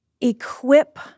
equip